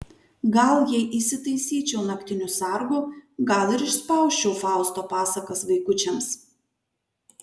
gal jei įsitaisyčiau naktiniu sargu gal ir išspausčiau fausto pasakas vaikučiams